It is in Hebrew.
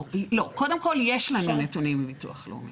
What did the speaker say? קודם כל יש לנו נתונים מביטוח לאומי.